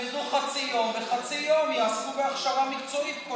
שילמדו חצי יום וחצי יום יעסקו בהכשרה מקצועית,